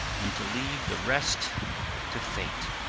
and to leave the rest to fate.